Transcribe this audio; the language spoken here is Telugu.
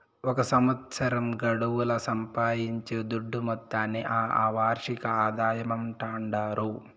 ఒక సంవత్సరం గడువుల సంపాయించే దుడ్డు మొత్తాన్ని ఆ వార్షిక ఆదాయమంటాండారు